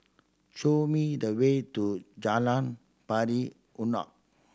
show me the way to Jalan Pari Unak